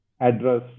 address